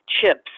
chips